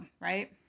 right